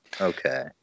Okay